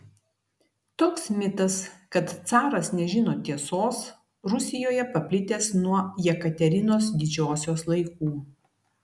toks mitas kad caras nežino tiesos rusijoje paplitęs nuo jekaterinos didžiosios laikų